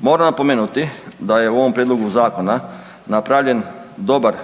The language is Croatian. Moram napomenuti da je u ovom prijedlogu zakona napravljen dobar